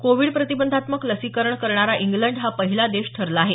Covid प्रतिबंधात्मक लसीकरण करणारा इंग्लंड हा पहिला देश ठरला आहे